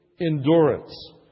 endurance